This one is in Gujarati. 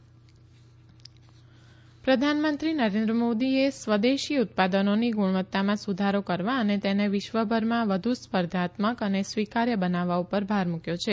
પીએમ પીએલઆઇ બજેટ પ્રધાનમંત્રી નરેન્દ્ર મોદીએ સ્વદેશી ઉત્પાદનોની ગુણવત્તામાં સુધારો કરવા અને તેને વિશ્વભરમાં વધુ સ્પર્ધાત્મક અને સ્વીકાર્ય બનાવવા પર ભાર મુક્યો છે